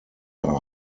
are